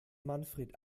manfred